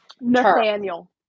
nathaniel